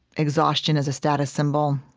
exhaustion as a status symbol,